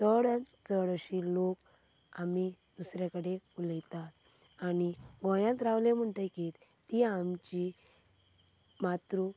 चड चड अशे लोक आमी दुसरे कडेन उलयतात आनी गोंयांत रावले म्हणटकीर ती आमची मातृ